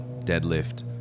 deadlift